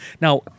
Now